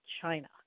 China